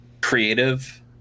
creative